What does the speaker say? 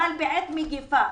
אבל בעת מגפה,